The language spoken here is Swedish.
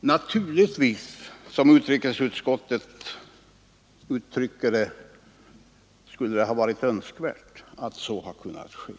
Naturligtvis skulle det, som utrikesutskottet uttrycker det, ha varit önskvärt att så kunnat ske.